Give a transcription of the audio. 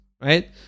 right